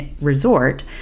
resort